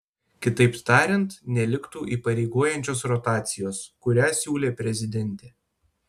kitaip tariant neliktų įpareigojančios rotacijos kurią siūlė prezidentė